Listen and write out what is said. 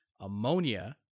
ammonia